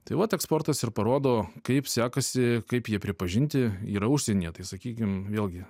taip vat eksportas ir parodo kaip sekasi kaip jie pripažinti yra užsienyje tai sakykim vėlgi